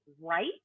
right